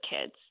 kids